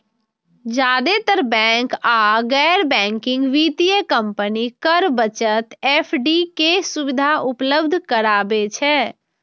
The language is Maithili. जादेतर बैंक आ गैर बैंकिंग वित्तीय कंपनी कर बचत एफ.डी के सुविधा उपलब्ध कराबै छै